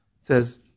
says